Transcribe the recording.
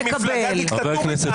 אני בהחלט מבין שבמפלגה דיקטטורית,